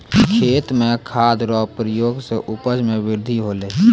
खेत मे खाद रो प्रयोग से उपज मे बृद्धि होलै